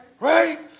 Right